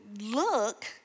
look